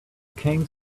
came